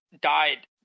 died